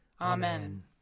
Amen